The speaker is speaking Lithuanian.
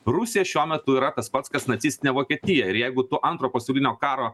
rusija šiuo metu yra tas pats kas nacistinė vokietija ir jeigu tu antro pasaulinio karo